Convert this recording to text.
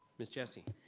miss jessie?